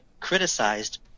criticized